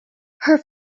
her